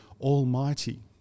Almighty